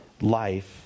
life